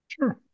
Sure